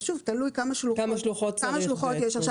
אז תלוי כמה שלוחות יש.